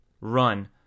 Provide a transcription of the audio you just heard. run